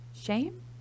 shame